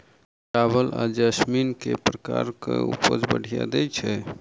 चावल म जैसमिन केँ प्रकार कऽ उपज बढ़िया दैय छै?